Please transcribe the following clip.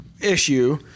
issue